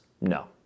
No